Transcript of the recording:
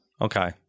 Okay